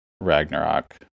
Ragnarok